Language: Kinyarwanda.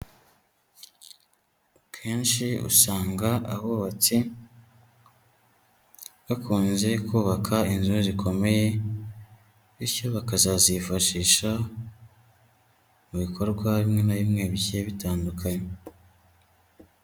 Akenshi usanga abubatse, bakunze kubaka inzu zikomeye, bityo bakazazifashisha mu bikorwa bimwe na bimwe bigiye bitandukanye.